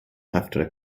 after